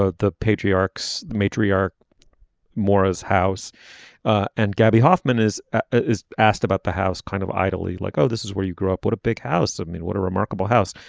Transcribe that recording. ah the patriarchs matriarch maura's house and gaby hoffman is is asked about the house kind of ideally like oh this is where you grow up what a big house. i mean what a remarkable house.